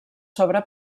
sobre